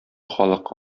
халык